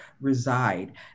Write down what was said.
reside